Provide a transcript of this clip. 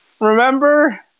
Remember